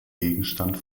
gegenstand